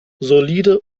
solide